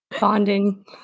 Bonding